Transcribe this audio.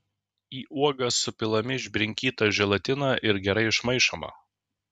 į uogas supilami išbrinkyta želatina ir gerai išmaišoma